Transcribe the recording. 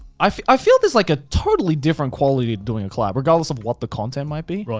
i feel there's like a totally different quality to doing a collab regardless of what the content might be. right.